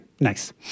Nice